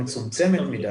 מצומצמת מדי.